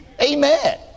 Amen